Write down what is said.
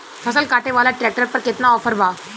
फसल काटे वाला ट्रैक्टर पर केतना ऑफर बा?